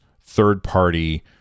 third-party